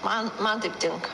man man taip tinka